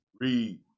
Read